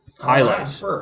Highlights